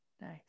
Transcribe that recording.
nice